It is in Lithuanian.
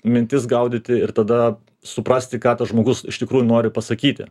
mintis gaudyti ir tada suprasti ką tas žmogus iš tikrųjų nori pasakyti